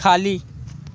खाली